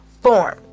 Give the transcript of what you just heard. form